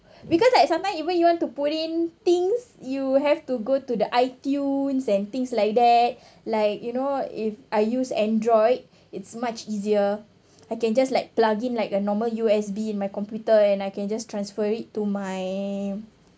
because like sometimes even you want to put in things you have to go to the I_tunes and things like that like you know if I use android it's much easier I can just like plug in like a normal U_S_B in my computer and I can just transfer it to my